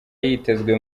yitezwe